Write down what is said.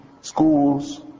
schools